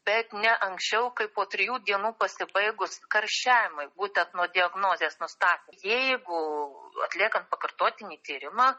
bet ne anksčiau kaip po trijų dienų pasibaigus karščiavimui būtent nuo diagnozės nustatymo jeigu atliekant pakartotinį tyrimą